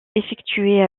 effectuer